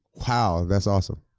wow, that's awesome.